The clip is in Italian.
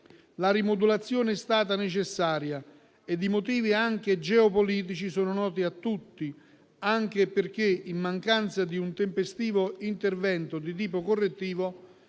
La rimodulazione è stata necessaria ed i motivi anche geopolitici sono noti a tutti, anche e perché, in mancanza di un tempestivo intervento di tipo correttivo,